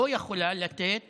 לא יכולה לתת